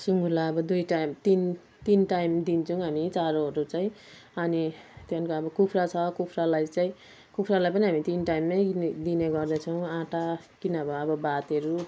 सुङ्गुरलाई अब दुई टाइम तिन तिन टाइम दिन्छौँ हामी चारोहरू चाहिँ अनि त्यहाँदेखिनको अब कुखुरा छ कुखुरालाई चाहिँ कुखुरालाई पनि हामी तिन टाइम नै दिने गर्दछौँ आँटा कि नभए अब भातहरू